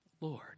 Lord